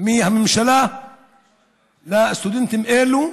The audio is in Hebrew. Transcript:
מהממשלה לסטודנטים אלה.